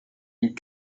mille